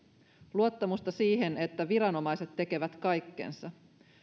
luottamusta siihen että viranomaiset tekevät kaikkensa